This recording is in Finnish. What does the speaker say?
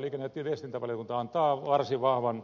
liikenne ja viestintävaliokunta antaa varsin vahvan